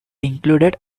included